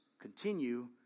continue